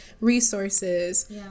resources